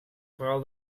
vooral